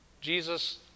Jesus